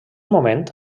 moment